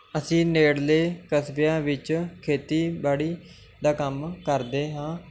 ਅਸੀਂ ਨੇੜਲੇ ਕਸਬਿਆਂ ਵਿੱਚ ਖੇਤੀਬਾੜੀ ਦਾ ਕੰਮ ਕਰਦੇ ਹਾਂ